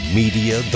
media